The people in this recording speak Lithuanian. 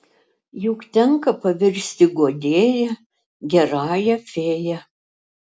juk tenka pavirsti guodėja gerąją fėja